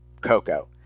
cocoa